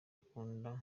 ukunda